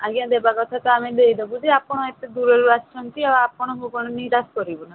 ଆଜ୍ଞା ଦେବାକଥା ତ ଆମେ ଦେଇଦେବୁ ଯେ ଆପଣ ଏତେ ଦୂରରୁ ଆସିଛନ୍ତି ଆଉ ଆପଣଙ୍କୁ କ'ଣ ନିରାଶ କରିବୁ ନା